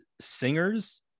singers